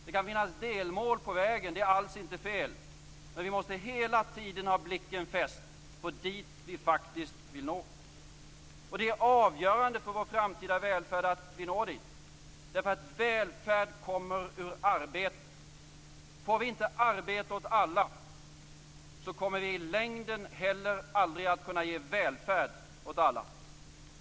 Det kan finnas delmål på vägen, det är alls inte fel, men vi måste hela tiden ha blicken fäst på det vi faktiskt vill nå. Det är avgörande för vår framtida välfärd att vi når dit därför att välfärd kommer ur arbete. Får vi inte arbete åt alla kommer vi i längden heller aldrig att kunna ge välfärd åt alla.